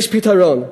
יש פתרון,